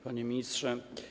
Panie Ministrze!